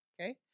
okay